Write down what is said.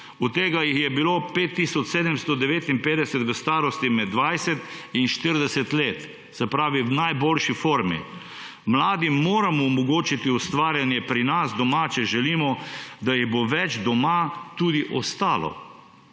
Od tega jih je bilo 5 tisoč 759 v starosti med 20 in 40 let, se pravi v najboljši formi. Mladim moramo omogočiti ustvarjanje pri nas doma, če želimo, da jih bo več doma tudi ostalo.